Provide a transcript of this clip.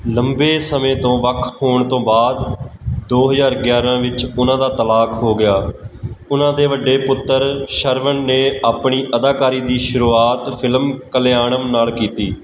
ਲੰਬੇ ਸਮੇਂ ਤੋਂ ਵੱਖ ਹੋਣ ਤੋਂ ਬਾਅਦ ਦੋ ਹਜ਼ਾਰ ਗਿਆਰਾਂ ਵਿੱਚ ਉਹਨਾਂ ਦਾ ਤਲਾਕ ਹੋ ਗਿਆ ਉਹਨਾਂ ਦੇ ਵੱਡੇ ਪੁੱਤਰ ਸ਼ਰਵਣ ਨੇ ਆਪਣੀ ਅਦਾਕਾਰੀ ਦੀ ਸ਼ੁਰੂਆਤ ਫਿਲਮ ਕਲਿਆਣਮ ਨਾਲ ਕੀਤੀ